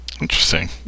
Interesting